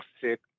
sick